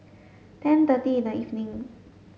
ten thirty in the evening